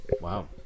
Wow